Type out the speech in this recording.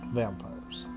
vampires